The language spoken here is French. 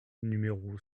numéro